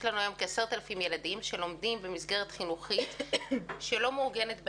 יש לנו היום כ-10,000 ילדים שלומדים במסגרת חינוך שלא מעוגנת בחוק,